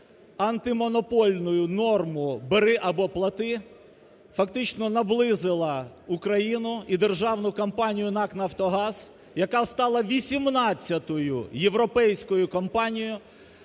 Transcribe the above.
антимонопольною норму "бери або плати", фактично наблизило Україну і державну компанію НАК "Нафтогаз", яка стала 18 європейською компанією,